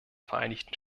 vereinigten